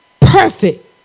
Perfect